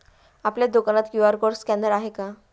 आपल्या दुकानात QR code scanner आहे का?